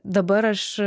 dabar aš